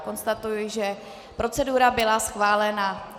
Konstatuji, že procedura byla schválena.